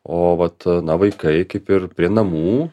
o vat na vaikai kaip ir prie namų